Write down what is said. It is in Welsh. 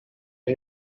mae